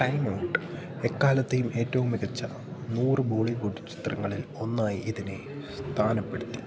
timeout എക്കാലത്തെയും ഏറ്റവും മികച്ച നൂറ് ബോളിവുഡ് ചിത്രങ്ങളിൽ ഒന്നായി ഇതിനെ സ്ഥാനപ്പെടുത്തി